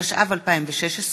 התשע"ו 2016,